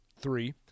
three